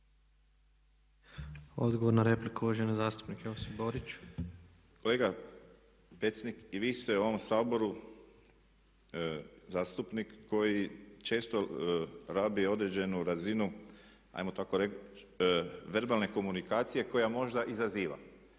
Odgovor na repliku, uvažen zastupnik Josip Borić. **Borić, Josip (HDZ)** Kolega Pecnik i vi ste u ovom Saboru zastupnik koji često rabi određenu razinu hajmo tako reći verbalne komunikacije koja možda izaziva.